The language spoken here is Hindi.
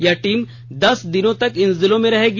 यह टीम दस दिनों तक इन जिलों में रहेगी